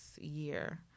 year